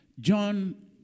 John